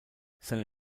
seine